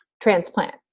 transplant